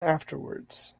afterwards